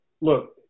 look